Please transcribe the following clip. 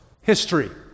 history